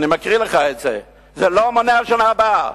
אני מקריא לך את זה: זה לא מונע בשנה הבאה,